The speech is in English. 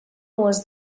was